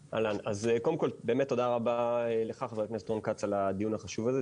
קודם כל תודה רבה לך ח"כ כץ על הדיון החשוב הזה,